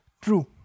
True